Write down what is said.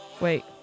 Wait